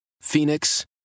Phoenix